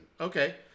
okay